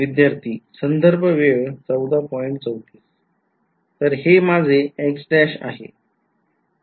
तर हे माझे x आहे